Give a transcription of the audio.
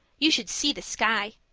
you should see the sky!